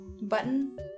button